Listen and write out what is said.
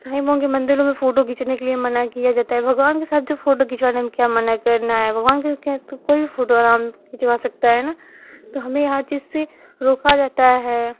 साईंबाबा के मन्दिर में फोटो खींचने लिए मना किया जाता है भगवान के साथ जो फोटो खींचवाने में क्या मना है भगवान के साथ तो कोई भी फोटो आराम से खिंचवा सकता है न तो हमें हर चीज से रोका जाता है